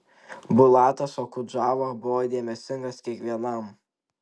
bulatas okudžava buvo dėmesingas kiekvienam